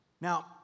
Now